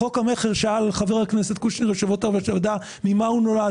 חוק המכר חבר הכנסת קושניר שאל ממה הוא נולד